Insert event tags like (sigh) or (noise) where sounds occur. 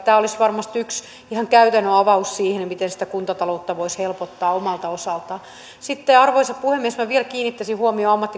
(unintelligible) tämä olisi varmasti yksi ihan käytännön avaus miten sitä kuntataloutta voisi helpottaa omalta osaltaan sitten arvoisa puhemies minä vielä kiinnittäisin huomiota